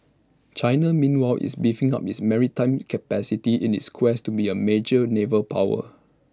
China meanwhile is beefing up its maritime capacity in its quest to be A major naval power